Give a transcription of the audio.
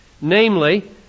namely